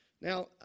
Now